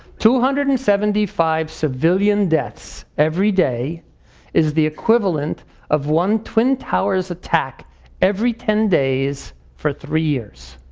two hundred and seventy five civilian deaths every day is the equivalent of one twin towers attack every ten days for three years,